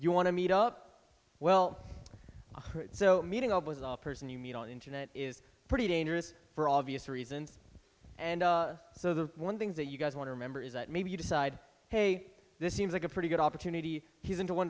you want to meet up well so meeting up was a person you meet on the internet is pretty dangerous for all of us reasons and so the one thing that you guys want to remember is that maybe you decide hey this seems like a pretty good opportunity he's into one